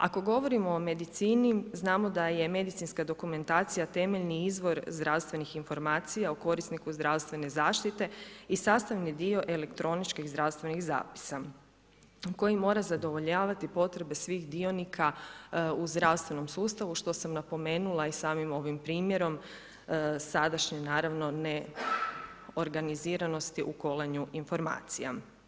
Ako govorimo o medicini, znamo da je medicinska dokumentacija temeljni izvor zdravstvenih informacija o korisniku zdravstvene zaštite i sastavni dio elektroničkih zdravstvenih zapisa koji mora zadovoljavati potrebe svih dionika u zdravstvenom sustavu što sam napomenula i samim ovim primjerom sadašnjem naravno neorganiziranosti u kolanju informacija.